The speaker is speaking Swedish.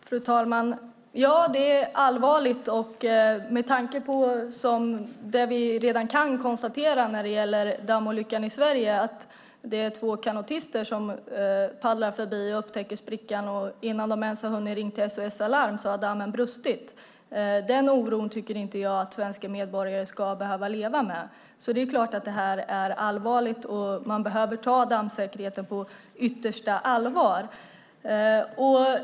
Fru talman! Ja, det är allvarligt, särskilt med tanke på det som redan har hänt i Sverige, nämligen dammolyckan. Två kanotister paddlade förbi och upptäckte sprickan, men innan de hann ringa SOS Alarm brast dammen. Den oron tycker jag inte att svenska medborgare ska behöva leva med. Det är klart att det är allvarligt, och vi behöver ta frågan om dammsäkerhet på yttersta allvar.